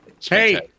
Hey